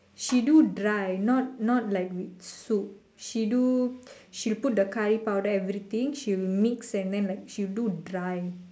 she do dry not not like with soup she do she'll put the curry powder everything she will mix and then like she'll do dry